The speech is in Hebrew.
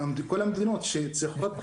כל המדינות שצריכות.